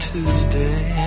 Tuesday